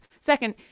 Second